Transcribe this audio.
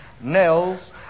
Nels